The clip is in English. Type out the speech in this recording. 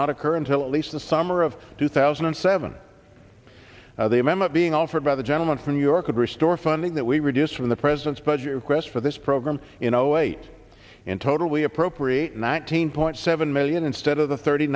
not occur until at least the summer of two thousand and seven a memo being offered by the gentleman from new york would restore funding that we reduced from the president's budget request for this program in zero eight and totally appropriate nineteen point seven million instead of the thirty